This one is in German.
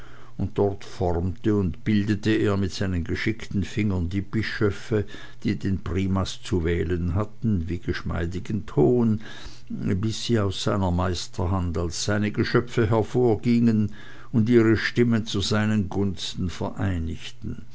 und dort formte und bildete er mit seinen geschickten fingern die bischöfe die den primas zu wählen hatten wie geschmeidigen ton bis sie aus seiner meisterhand als seine geschöpfe hervorgingen und ihre stimmen zu seinen gunsten vereinigten